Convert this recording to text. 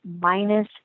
minus